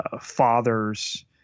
fathers